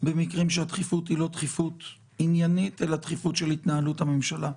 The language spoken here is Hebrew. במקרים שהדחיפות היא לא דחיפות עניינית אלא דחיפות של התנהלות הממשלה.